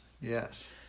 Yes